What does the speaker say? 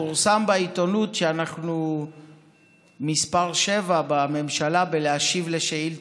פורסם בעיתונות שאנחנו מספר שבע בממשלה בלהשיב על שאילתות,